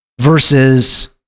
versus